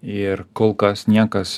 ir kol kas niekas